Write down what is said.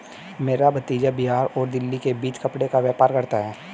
मेरा भतीजा बिहार और दिल्ली के बीच कपड़े का व्यापार करता है